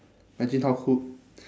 engine